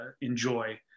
enjoy